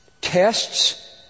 tests